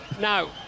Now